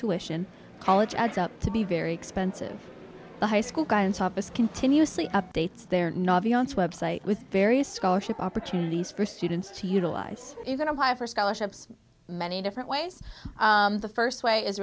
tuition college adds up to be very expensive the high school guidance office continuously updates their navi onse website with various scholarship opportunities for students to utilize even apply for scholarships many different ways the first way is